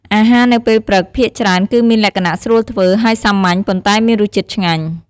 អាហារនៅពេលព្រឹកភាគច្រើន គឺមានលក្ខណៈ ស្រួលធ្វើ ហើយសាមញ្ញ ប៉ុន្តែមានរសជាតិឆ្ងាញ់។